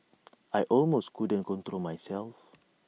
I almost couldn't control myself